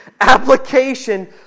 application